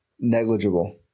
negligible